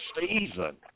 season